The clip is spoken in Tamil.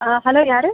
ஆ ஹலோ யார்